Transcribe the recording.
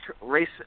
race